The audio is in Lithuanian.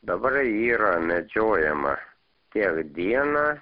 dabar yra medžiojama tiek dieną